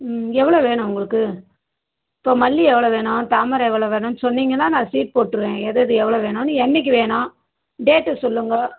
ம் எவ்வளோ வேணும் உங்களுக்கு இப்போ மல்லிகை எவ்வளோ வேணும் தாமரை எவ்வளோ வேணும்னு சொன்னிங்கன்னால் நான் சீட்டு போட்டிருவேன் ஏதெது எவ்வளோ வேணும்னு என்றைக்கி வேணும் டேட்டு சொல்லுங்க